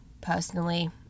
personally